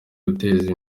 guteza